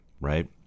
right